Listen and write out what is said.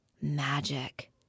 magic